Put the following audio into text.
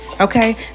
Okay